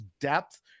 depth